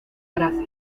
gracia